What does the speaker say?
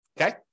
Okay